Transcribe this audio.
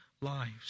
lives